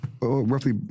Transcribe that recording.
Roughly